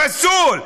פסול.